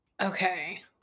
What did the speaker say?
Okay